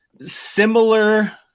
similar